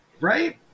Right